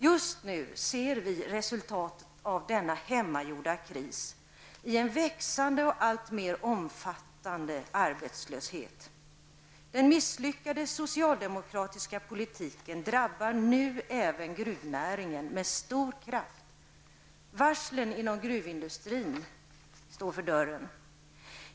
Just nu ser vi resultatet av denna hemmagjorda kris i en växande och alltmer omfattande arbetslöshet. Den misslyckade socialdemokratiska politiken drabbar nu även gruvnäringen med stor kraft. Varslen inom gruvindustrin står för dörren.